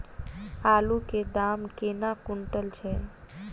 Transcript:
आलु केँ दाम केना कुनटल छैय?